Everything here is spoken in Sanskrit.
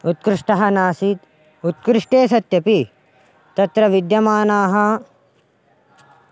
उत्कृष्टः नासीत् उत्कृष्टे सत्यपि तत्र विद्यमानाः